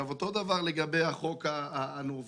אותו דבר לגבי החוק הנורבגי,